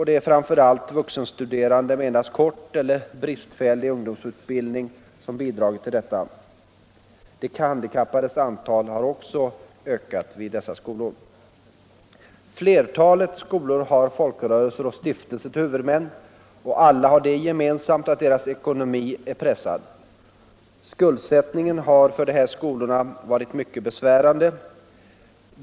Det är framför allt vuxenstuderande med endast kort eller bristfällig ungdomsutbildning som bidragit till detta. De handikappades antal har också ökat. Flertalet skolor har folkrörelser och stiftelser till huvudmän, och de har alla det gemensamt att deras ekonomi är pressad. Skuldsättningen har för de här skolorna varit mycket besvärande.